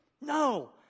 No